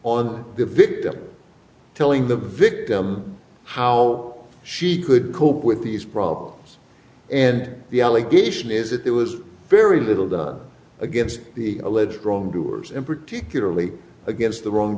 on the victim telling the victim how she could cope with these problems and the allegation is it was very little against the alleged wrongdoers and particularly against the wrong